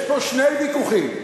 יש פה שני ויכוחים.